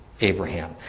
Abraham